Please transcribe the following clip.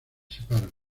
separan